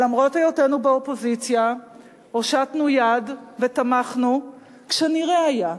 למרות היותנו באופוזיציה הושטנו יד ותמכנו כשנראה היה,